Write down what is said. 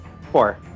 Four